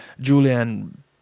Julian